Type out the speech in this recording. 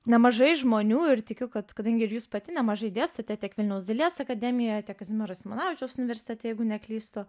nemažai žmonių ir tikiu kad kadangi ir jūs pati nemažai dėstote tiek vilniaus dailės akademijoje tiek kazimiero simonavičiaus universitete jeigu neklystu